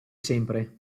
sempre